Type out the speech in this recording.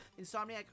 Insomniac